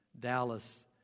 Dallas